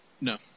No